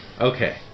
Okay